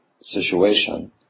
situation